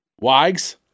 Wags